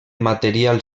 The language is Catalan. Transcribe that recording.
material